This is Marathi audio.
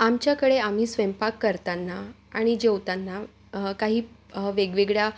आमच्याकडे आम्ही स्वयंपाक करताना आणि जेवताना काही वेगवेगळ्या